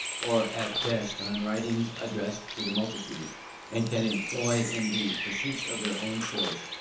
or at best on writings addressed to the multitude and can employ in the pursuits of their own choice,